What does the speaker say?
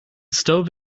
stove